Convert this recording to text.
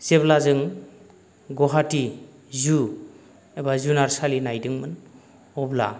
जेब्ला जों गुवाहाटी जु एबा जुनारसालि नायदोंमोन अब्ला